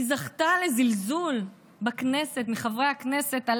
היא זכתה לזלזול בכנסת מחברי הכנסת על